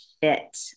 fit